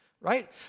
Right